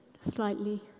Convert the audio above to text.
Slightly